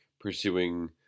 pursuing